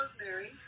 Rosemary